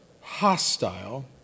hostile